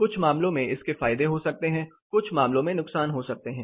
कुछ मामलों में इसके फायदे हो सकते हैं कुछ मामलों में नुकसान हो सकते है